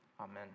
Amen